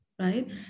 Right